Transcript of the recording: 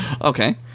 Okay